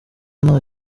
nta